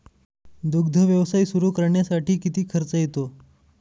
दुग्ध व्यवसाय सुरू करण्यासाठी किती खर्च येतो?